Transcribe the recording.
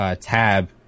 tab